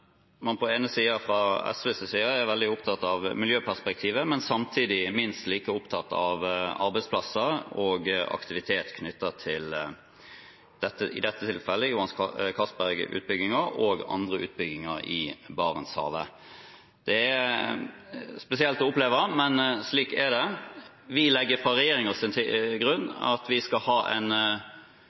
man fra SVs side på den ene siden er veldig opptatt av miljøperspektivet, men samtidig minst like opptatt av arbeidsplasser og aktivitet knyttet til – i dette tilfellet – Johan Castberg-utbyggingen og andre utbygginger i Barentshavet. Det er spesielt å oppleve, men slik er det. Vi legger fra regjeringens side til grunn at vi skal ha en